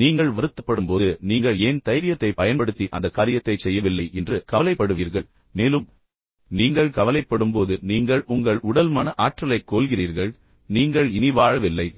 நீங்கள் வருத்தப்படும்போது நீங்கள் ஏன் தைரியத்தைப் பயன்படுத்தி அந்த காரியத்தைச் செய்யவில்லை என்று கவலைப்படுவீர்கள் மேலும் நீங்கள் கவலைப்படும்போது நீங்கள் உங்கள் உடல் மன ஆற்றலைக் கொல்கிறீர்கள் நீங்கள் இனி வாழவில்லை